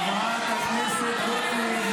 חברת הכנסת גוטליב,